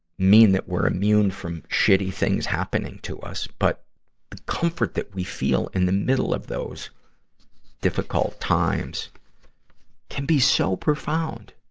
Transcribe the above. mean that we're immune from shitty things happening to us. but the comfort that we feel in the middle of those difficult times can be so profound.